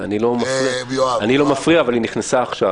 אני לא מפריע, אבל היא נכנסה עכשיו.